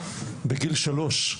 בגיל שלוש,